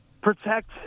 protect